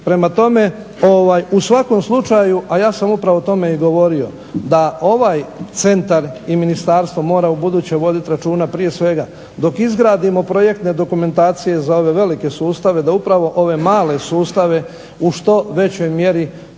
Prema tome u svakom slučaju, a ja sam upravo o tome i govorio da ovaj centar i ministarstvo mora ubuduće voditi računa prije svega dok izgradimo projektne dokumentacije za ove velike sustave da upravo ove male sustave u što većoj mjeri